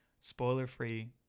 Spoiler-free